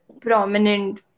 prominent